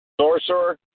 Sorcerer